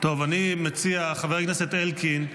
אני מציע, חבר הכנסת אלקין,